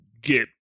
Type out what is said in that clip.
get